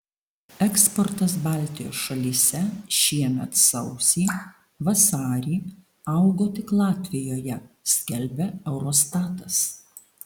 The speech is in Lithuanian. eksportas baltijos šalyse šiemet sausį vasarį augo tik latvijoje skelbia eurostatas